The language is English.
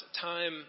time